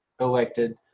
elected